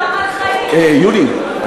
יולי,